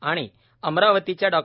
त अमरावतीच्या डॉ